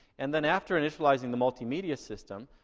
and then after initializing the multimedia system,